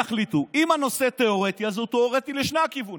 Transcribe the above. תחליטו: אם הנושא תיאורטי אז הוא תיאורטי לשני הכיוונים,